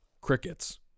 Crickets